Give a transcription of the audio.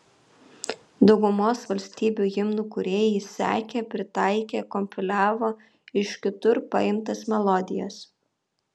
daugumos valstybių himnų kūrėjai sekė pritaikė kompiliavo iš kitur paimtas melodijas